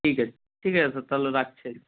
ঠিক আছে ঠিক আছে স্যার তাহলে রাখছি আর কি